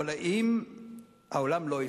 אבל אם העולם לא יפעל,